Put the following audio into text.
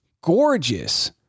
gorgeous